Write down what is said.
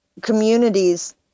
communities